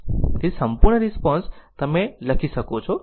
તેથી સંપૂર્ણ રિસ્પોન્સ પણ લખી શકો છો